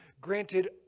granted